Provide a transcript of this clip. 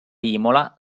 imola